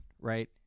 Right